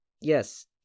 yes